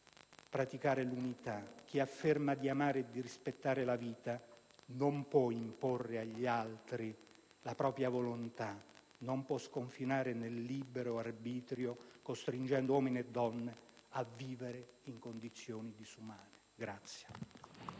praticare l'unità. Chi afferma di amare e rispettare la vita non può imporre agli altri la propria volontà, non può sconfinare nel libero arbitrio, costringendo uomini e donne a vivere in condizioni disumane.